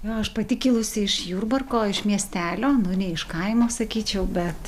na aš pati kilusi iš jurbarko iš miestelio nu ne iš kaimo sakyčiau bet